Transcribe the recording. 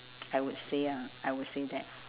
I would say ah I would say that